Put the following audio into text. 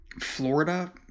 Florida